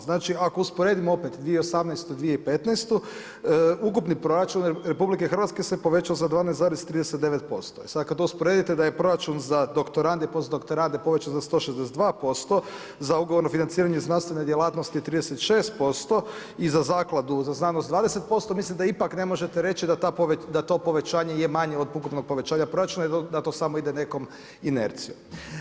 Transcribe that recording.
Znači ako usporedimo opet 2018.-2015. ukupni proračun RH se povećao za 12,39% i sada kada to usporedite da je proračun za doktorande i post doktorande povećan za 162% za ugovorno financiranje znanstvene djelatnosti 36% i Zakladu za znanost 20% mislim da ipak ne možete reći da to povećanje je manje od ukupnog povećanja proračuna i da to ide samo nekom inercijom.